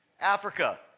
Africa